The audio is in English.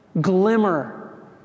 glimmer